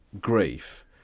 grief